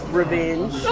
revenge